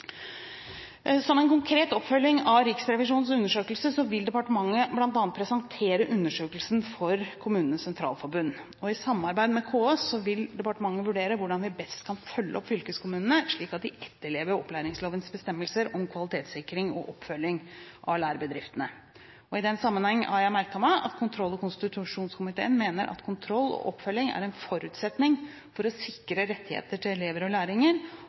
Som en konkret oppfølging av Riksrevisjonens undersøkelse vil departementet bl.a. presentere undersøkelsen for KS. I samarbeid med KS vil departementet vurdere hvordan vi best kan følge opp fylkeskommunene slik at de etterlever opplæringslovens bestemmelser om kvalitetssikring og oppfølging av lærebedriftene. I den sammenheng har jeg merket meg at kontroll- og konstitusjonskomiteen mener at kontroll og oppfølging er en forutsetning for å sikre rettigheter til elever og lærlinger,